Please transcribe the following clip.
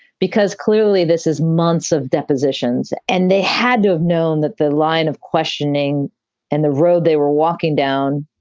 because clearly this is months of depositions. and they had to have known that the line of questioning and the road they were walking down.